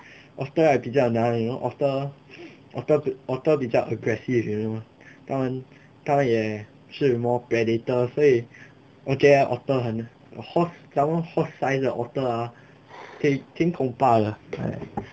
otter right 比较难 you know otter otter 比较 aggressive you know 他们他们也是 more predater 所以 okay ah otter 很 hor~ 假如 horse size 的 otter ah 可以挺可怕的 like